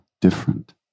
different